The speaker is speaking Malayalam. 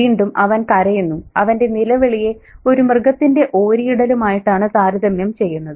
വീണ്ടും അവൻ കരയുന്നു അവന്റെ നിലവിളിയെ ഒരു മൃഗത്തിന്റെ ഓരിയിടലുമായിട്ടാണ് താരതമ്യം ചെയ്യുന്നത്